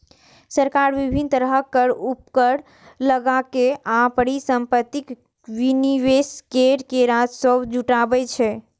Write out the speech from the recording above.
सरकार विभिन्न तरहक कर, उपकर लगाके आ परिसंपत्तिक विनिवेश कैर के राजस्व जुटाबै छै